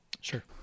Sure